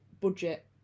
Budget